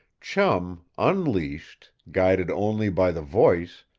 chum, unleashed, guided only by the voice,